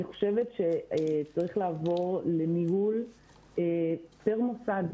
אני חושבת שצריך לעבור לניהול פר מוסד.